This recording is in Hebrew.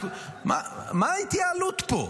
מה ההתייעלות פה?